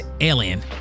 alien